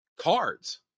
cards